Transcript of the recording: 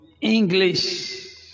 English